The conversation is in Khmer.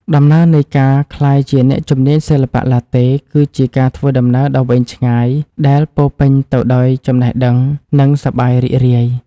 ដំណើរនៃការក្លាយជាអ្នកជំនាញសិល្បៈឡាតេ គឺជាការធ្វើដំណើរដ៏វែងឆ្ងាយដែលពោរពេញទៅដោយចំណេះដឹង និងសប្បាយរីករាយ។